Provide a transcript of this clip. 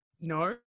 no